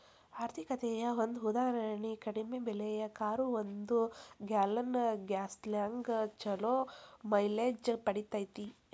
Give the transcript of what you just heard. ಆರ್ಥಿಕತೆಯ ಒಂದ ಉದಾಹರಣಿ ಕಡಿಮೆ ಬೆಲೆಯ ಕಾರು ಒಂದು ಗ್ಯಾಲನ್ ಗ್ಯಾಸ್ನ್ಯಾಗ್ ಛಲೋ ಮೈಲೇಜ್ ಪಡಿತೇತಿ